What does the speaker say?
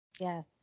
Yes